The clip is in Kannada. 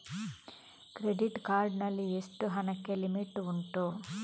ಕ್ರೆಡಿಟ್ ಕಾರ್ಡ್ ನಲ್ಲಿ ಎಷ್ಟು ಹಣಕ್ಕೆ ಲಿಮಿಟ್ ಉಂಟು?